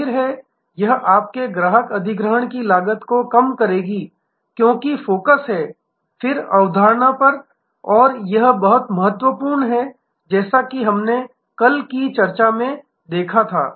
जाहिर है यह आपके ग्राहक अधिग्रहण की लागत को कम करेगा क्योंकि फोकस है फिर अवधारण पर और यह बहुत महत्वपूर्ण है जैसा कि हमने कल की चर्चा में देखा था